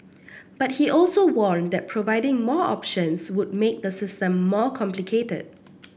but he also warned that providing more options would make the system more complicated